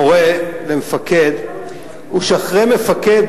מורה ומפקד הוא שאחרי מפקד,